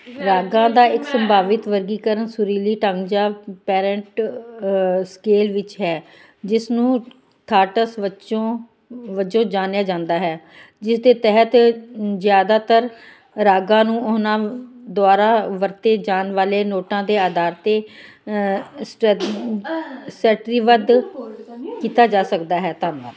ਰਾਗਾਂ ਦਾ ਇੱਕ ਸੰਭਾਵਿਤ ਵਰਗੀਕਰਨ ਸੁਰੀਲੀ ਢੰਗ ਜਾਂ ਪੈਰੈਂਟ ਸਕੇਲ ਵਿੱਚ ਹੈ ਜਿਸਨੂੰ ਥਾਟਸ ਵਚੋ ਵਜੋਂ ਜਾਣਿਆ ਜਾਂਦਾ ਹੈ ਜਿਸ ਦੇ ਤਹਿਤ ਜ਼ਿਆਦਾਤਰ ਰਾਗਾਂ ਨੂੰ ਉਹਨਾਂ ਦੁਆਰਾ ਵਰਤੇ ਜਾਣ ਵਾਲੇ ਨੋਟਾਂ ਦੇ ਅਧਾਰ 'ਤੇ ਸਟੈ ਸ਼੍ਰੇਣੀਬੱਧ ਕੀਤਾ ਜਾ ਸਕਦਾ ਹੈ ਧੰਨਵਾਦ